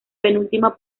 penúltima